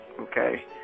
okay